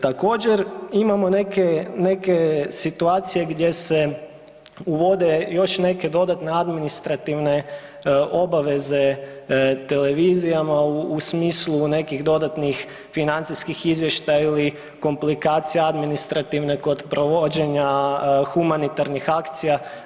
Također imamo neke situacije gdje se uvode još neke administrativne obaveze televizijama u smislu nekih dodatnih financijskih izvještaja ili komplikacija administrativne kod provođenja humanitarnih akcija.